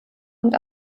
und